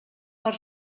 per